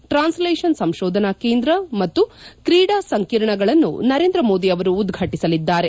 ಟ್ರಾನ್ಸೆಲ್ಲಾಪನಲ್ ಸಂತೋಧನಾ ಕೇಂದ್ರ ಮತ್ತು ತ್ರೀಡಾ ಸಂಕೀರ್ಣಗಳನ್ನು ನರೇಂದ್ರ ಮೋದಿ ಅವರು ಉದ್ಘಾಟಿಸಲಿದ್ದಾರೆ